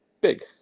big